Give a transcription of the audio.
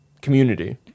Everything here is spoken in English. community